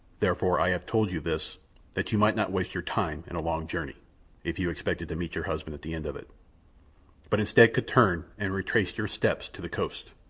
therefore i have told you this that you might not waste your time in a long journey if you expected to meet your husband at the end of it but instead could turn and retrace your steps to the coast.